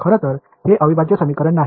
खरं तर हे अविभाज्य समीकरण नाही